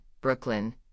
Brooklyn